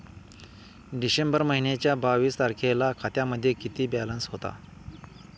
डिसेंबर महिन्याच्या बावीस तारखेला खात्यामध्ये किती बॅलन्स होता?